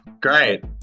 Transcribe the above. great